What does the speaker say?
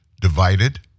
divided